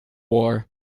war